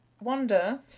wonder